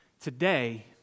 today